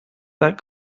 that